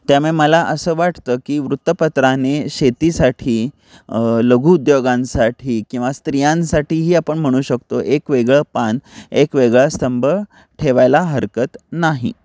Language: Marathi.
त्यामुळे मला असं वाटतं की वृत्तपत्राने शेतीसाठी लघु उद्योगांसाठी किंवा स्त्रियांसाठीही आपण म्हणू शकतो एक वेगळं पान एक वेगळा स्तंभ ठेवायला हरकत नाही